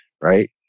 right